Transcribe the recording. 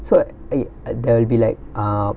so a~ eh there will be like ah